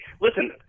Listen